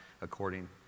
according